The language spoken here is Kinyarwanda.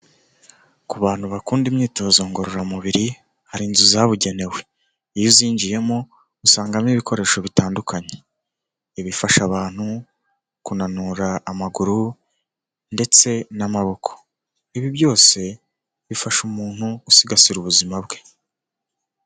Ku bantu bakunda imyitozo ngororamubiri hari inzu zabugenewe, iyo uzinjiyemo usangamo ibikoresho bitandukanye, ibifasha abantu kunanura amaguru ndetse n'amaboko, ibi byose bifasha umuntu gusigasira ubuzima bwe.